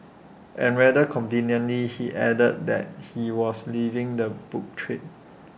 and rather conveniently he added that he was leaving the book trade